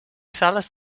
sales